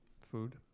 Food